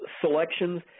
selections